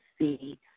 see